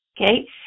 Okay